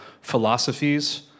philosophies